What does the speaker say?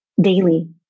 daily